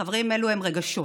חברים, אלו הם רגשות.